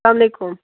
السلامُ علیکُم